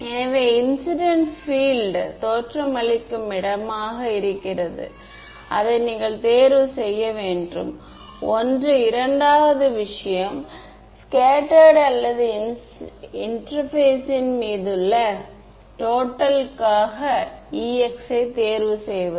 எனவே incident field தோற்றமளிக்கும் இடமாக இது இருக்கிறது அதை நீங்கள் தேர்வு செய்ய வேண்டும் ஒன்று இரண்டாவது விஷயம் ஸ்கேட்டர்டு அல்லது இன்டெர்பேஸின் மீதுள்ள டோட்டல் க்காக Ex யை தேர்வு செய்வது